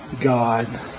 God